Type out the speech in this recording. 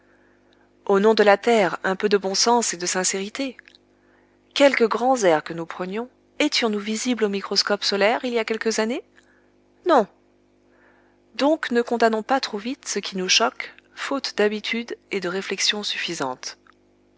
au nom de la terre un peu de bon sens et de sincérité quelques grands airs que nous prenions étions-nous visibles au microscope solaire il y a quelques années non donc ne condamnons pas trop vite ce qui nous choque faute d'habitude et de réflexion suffisante